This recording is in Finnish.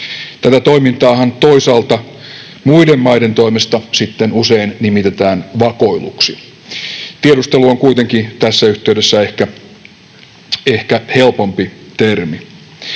Tätä toimintaahan toisaalta muiden maiden toimesta sitten usein nimitetään vakoiluksi. Tiedustelu on kuitenkin tässä yhteydessä ehkä helpompi termi.